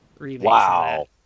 wow